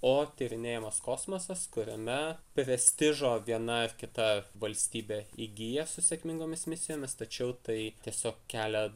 o tyrinėjamas kosmosas kuriame prestižo viena ar kita valstybė įgyja su sėkmingomis misijomis tačiau tai tiesiog kelia